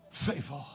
favor